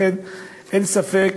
ולכן אין ספק